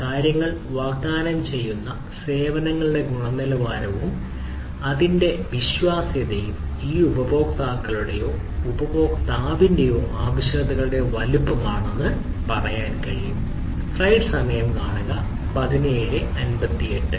കാര്യങ്ങൾ വാഗ്ദാനം ചെയ്യുന്ന സേവനങ്ങളുടെ ഗുണനിലവാരവും അതിന്റെ വിശ്വാസ്യതയും ഈ ഉപഭോക്താക്കളുടേയോ ഉപയോക്താവിൻറെ ആവശ്യകതയുടേയോ വലുപ്പമാണെന്ന് പറയാൻ കഴിയും